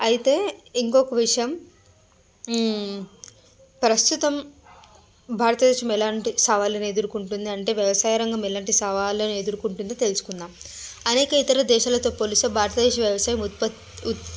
అయితే ఇంకొక విషయం ప్రస్తుతం భారతదేశం ఎలాంటి సవాళ్ళను ఎదుర్కొంటుంది అంటే వ్యవసాయ రంగం ఎలాంటి సవాళ్ళను ఎదుర్కొంటుంది తెలుసుకుందాం అనేక ఇతర దేశాలతో పోలిస్తే భారతదేశ వ్యవసాయ ఉత్ప ఉత్పాదక